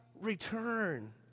return